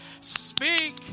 Speak